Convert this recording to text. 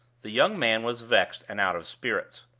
the young man was vexed and out of spirits.